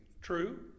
True